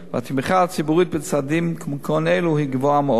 והתמיכה הציבורית בצעדים כגון אלו היא רבה מאוד,